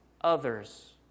others